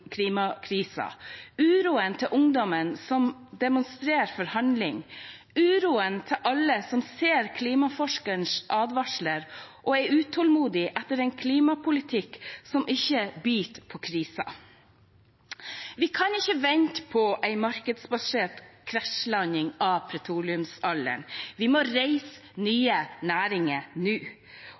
uroen til ungdommen som demonstrerer for handling, uroen til alle som ser klimaforskernes advarsler og er utålmodige etter en klimapolitikk som ikke biter på krisen. Vi kan ikke vente på en markedsbasert krasjlanding av petroleumsalderen, vi må reise nye næringer nå.